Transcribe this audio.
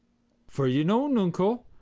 for you know, nuncle,